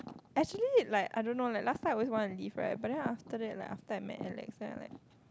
actually like I don't know leh last time I always want to leave right but after that like after I met Alex then I'm like